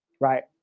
right